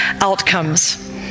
outcomes